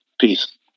Peace